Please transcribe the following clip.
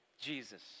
Jesus